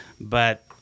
but-